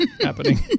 happening